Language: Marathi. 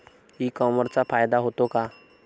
ई कॉमर्सचा फायदा होतो का?